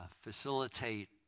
facilitate